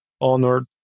honored